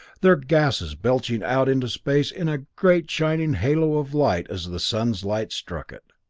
their gases belching out into space in a great shining halo of light as the sun's light struck it.